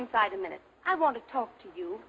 inside a minute i want to talk to you